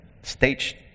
stage